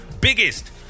Biggest